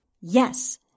Yes